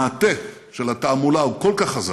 המעטה של התעמולה הוא כל כך חזק,